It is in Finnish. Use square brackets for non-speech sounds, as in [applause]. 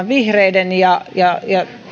[unintelligible] vihreiden ja ja